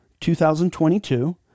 2022